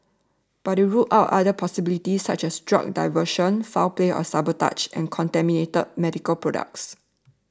but it ruled out other possibilities such as drug diversion foul play or sabotage and contaminated medical products